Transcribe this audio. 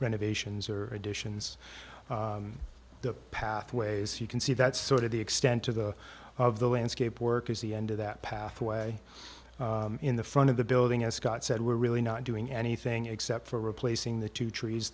renovations or additions the pathways you can see that's sort of the extent of the of the landscape work is the end of that pathway in the front of the building as scott said we're really not doing anything except for replacing the two trees